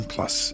Plus